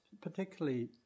particularly